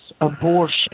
abortion